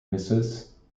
mrs